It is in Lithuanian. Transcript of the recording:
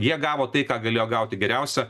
jie gavo tai ką galėjo gauti geriausia